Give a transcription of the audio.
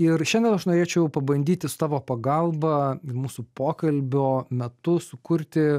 ir šiandien aš norėčiau pabandyti su tavo pagalba mūsų pokalbio metu sukurti